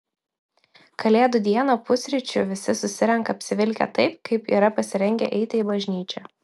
kalėdų dieną pusryčių visi susirenka apsivilkę taip kaip yra pasirengę eiti į bažnyčią